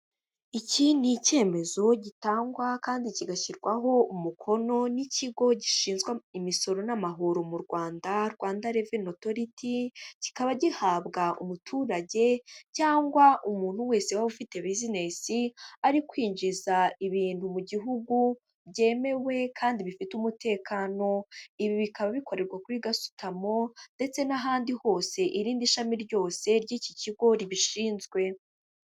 Iki ni ikemezo gitangwa kandi kigashyirwaho umukono n'ikigo gishinzwe imisoro n'amahoro mu Rwanda, Rwanda Revenue Authority, kikaba gihabwa umuturage cyangwa umuntu wese waba ufite bizinesi ari kwinjiza ibintu mu gihugu byemewe kandi bifite umutekano. Ibi bikaba bikorerwa kuri gasutamo ndetse n'ahandi hose irindi shami ryose ry'iki kigo ribishinzwe.